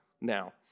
now